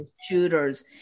shooters